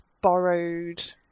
borrowed